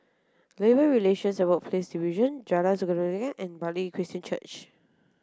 Labour Relations and Workplace Division Jalan Sikudangan and Bartley Christian Church